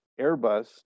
Airbus